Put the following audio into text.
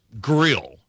grill